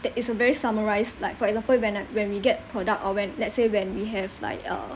that is a very summarise like for example when I when we get product or when let's say when we have like uh